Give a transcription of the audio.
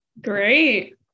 Great